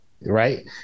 right